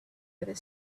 other